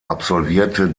absolvierte